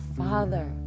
father